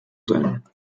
sein